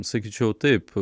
sakyčiau taip